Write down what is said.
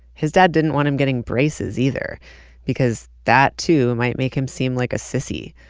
his dad didn't want him getting braces, either because that too might make him seem like a sissy.